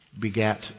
begat